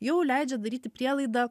jau leidžia daryti prielaidą